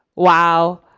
wow!